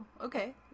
okay